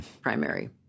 primary